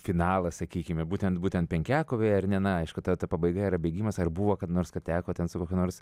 finalas sakykime būtent būtent penkiakovėje ar ne na aišku ta pabaiga yra bėgimas ar buvo kada nors kad teko ten su kokiu nors